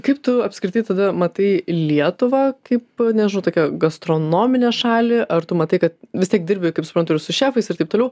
kaip tu apskritai tada matai lietuvą kaip nežinau tokią gastronominę šalį ar tu matai kad vis tiek dirbi kaip suprantu ir su šefais ir taip toliau